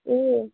ए